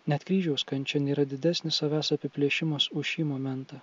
net kryžiaus kančia nėra didesnis savęs apiplėšimas už šį momentą